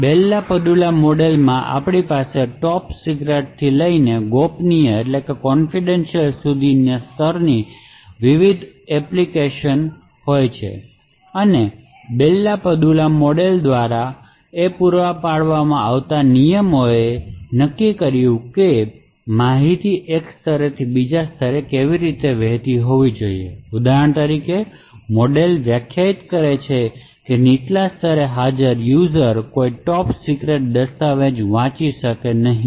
બેલ LaPadula મોડેલમાં આપણી પાસે ટોપ સિક્રેટથી લઈને ગોપનીયતા સુધીના વિવિધ સ્તરો હતા અને બેલ લા પદુલા મોડેલ દ્વારા પૂરા પાડવામાં આવેલા નિયમોએ એ નક્કી કર્યું કે માહિતી એક સ્તરથી બીજા સ્તરે કેવી રીતે વહેતી હોવી જોઈએ ઉદાહરણ તરીકે મોડેલ વ્યાખ્યાયિત કરે છે કે નીચલા સ્તરે હાજર યુઝર કોઈ ટોપ સિક્રેટ દસ્તાવેજ વાંચી શકશે નહીં